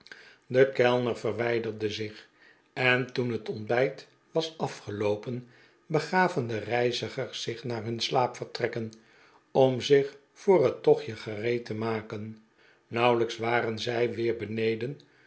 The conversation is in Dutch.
de kellner verwijderde zich en toen het ontbijt was afgeloopen begaven de reizigers zich naar hun slaapvertrekken om zich voor het tochtje gereed te maken nauwelijks waren zij weer beneden